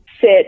sit